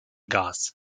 gas